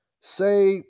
say